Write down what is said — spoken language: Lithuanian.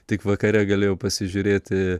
tik vakare galėjau pasižiūrėti